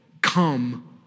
come